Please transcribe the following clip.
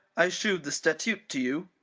i shewed the statute to you.